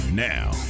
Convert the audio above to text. Now